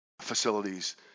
facilities